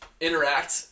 interact